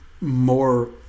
more